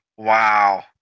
wow